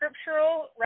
scriptural